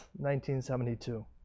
1972